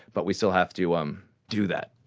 but we still have to um do that.